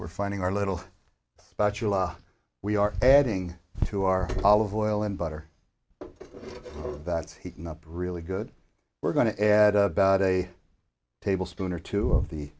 we're finding our little spatula we are adding to our olive oil and butter that's heating up really good we're going to add about a tablespoon or two of the